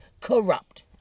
corrupt